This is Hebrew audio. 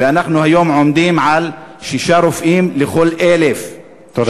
ואנחנו היום עומדים על שישה רופאים לכל 1,000. תודה.